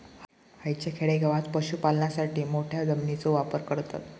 हयच्या खेडेगावात पशुपालनासाठी मोठ्या जमिनीचो वापर करतत